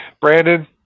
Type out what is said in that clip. Brandon